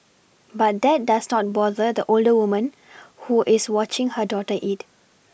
but that does not bother the older woman who is watching her daughter eat